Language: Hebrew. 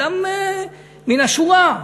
אדם מן השורה.